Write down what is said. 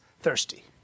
thirsty